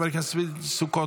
חבר הכנסת צבי סוכות,